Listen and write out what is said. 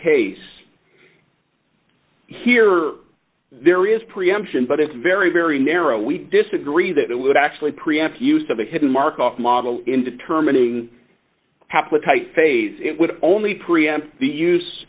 case here there is preemption but it's very very narrow we disagree that it would actually preamp use of a hidden mark off model in determining haplotype phase it would only preempt the use